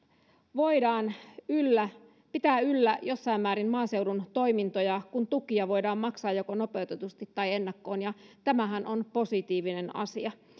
voidaan pitää yllä jossain määrin maaseudun toimintoja kun tukia voidaan maksaa joko nopeutetusti tai ennakkoon ja tämähän on positiivinen asia